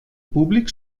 públic